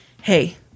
hey